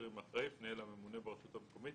עם האחראי יפנה אל הממונה ברשות המקומית